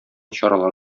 чаралар